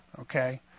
okay